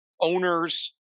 owners